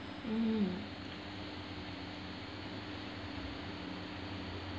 mm